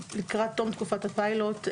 לקראת תום תקופת הפיילוט,